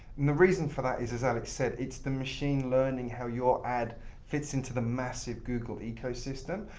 the reason for that is, as alex said, it's the machine learning how your ad fits into the massive google ecosystem.